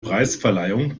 preisverleihung